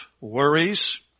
worries